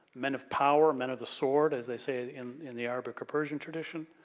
men of power, men of the sword as they say in in the arabic or persion tradition,